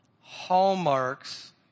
hallmarks